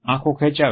આંખો ખેચાવી